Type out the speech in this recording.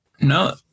no